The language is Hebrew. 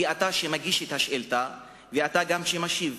כי אתה שמגיש את השאילתא ואתה גם משיב,